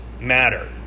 matter